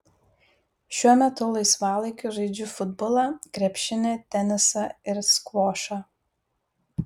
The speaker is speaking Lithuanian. šiuo metu laisvalaikiu žaidžiu futbolą krepšinį tenisą ir skvošą